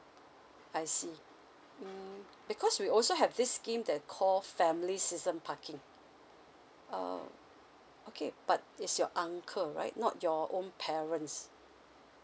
I see mm because we also have this scheme that call family season parking err okay but is your uncle right not your own parents